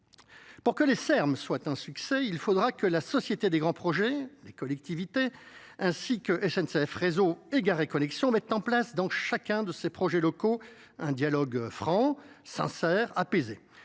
Pour que les termes soient un succès, il faudra que la société des grands projets, les collectivités ainsi que N C F, réseaux et Gare et connexions mettent en place, dans chacun de ses projets locaux, un dialogue franc sincère. apaisé.